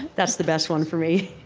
that's the best one for me